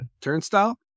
turnstile